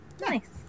Nice